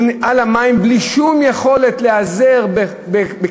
הוא על המים בלי שום יכולת להיעזר בקצבה,